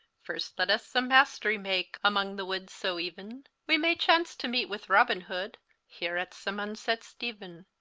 first let us some masterye make among the woods so even we may chance to meet with robin hood here att some unsett steven.